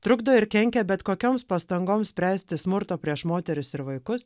trukdo ir kenkia bet kokioms pastangoms spręsti smurto prieš moteris ir vaikus